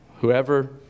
whoever